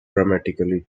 dramatically